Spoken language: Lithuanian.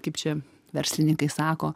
kaip čia verslininkai sako